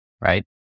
right